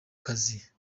kazi